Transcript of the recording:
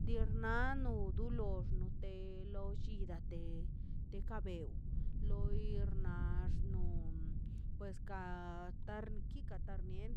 Dirnano do lox de lo llilate deka bew lor na laxno pues ti karnan mie